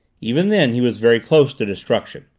even then he was very close to destruction,